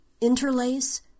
interlace